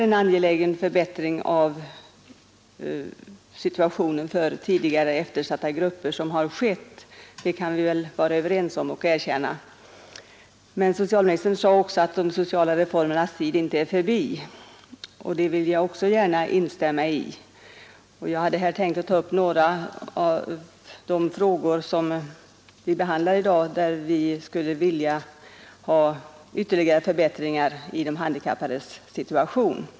En angelägen förbättring av situationen för tidigare eftersatta grupper har skett. Det kan vi väl vara överens om och erkänna. Men socialministern sade också att de sociala reformernas tid inte är förbi. Det vill jag gärna instämma i. Bland de frågor som vi i dag behandlar hade jag tänkt ta upp några, där vi skulle vilja ha ytterligare förbättringar i de handikappades situation.